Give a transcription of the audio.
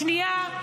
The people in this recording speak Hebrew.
שנייה,